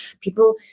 people